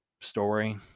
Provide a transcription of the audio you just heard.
story